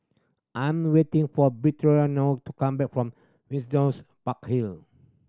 I'm waiting for to come back from Park Hill